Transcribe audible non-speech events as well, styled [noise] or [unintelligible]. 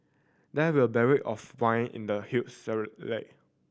there were barrel of wine in the huge [unintelligible]